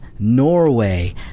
Norway